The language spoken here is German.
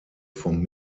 vom